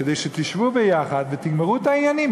כדי שתשבו יחד ותגמרו את העניינים,